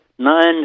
nine